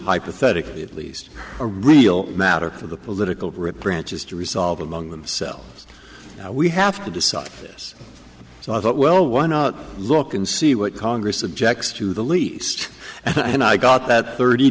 hypothetically at least a real matter for the political reporter answers to resolve among themselves we have to decide this so i thought well why not look and see what congress objects to the least and i got that thirty